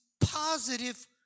positive